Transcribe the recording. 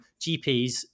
GPs